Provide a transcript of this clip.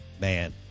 Man